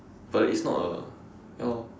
but it's not a ya lor